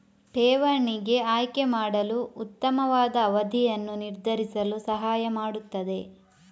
ಠೇವಣಿಗೆ ಆಯ್ಕೆ ಮಾಡಲು ಉತ್ತಮವಾದ ಅವಧಿಯನ್ನು ನಿರ್ಧರಿಸಲು ಸಹಾಯ ಮಾಡುತ್ತದೆ